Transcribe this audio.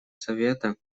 совета